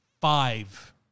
five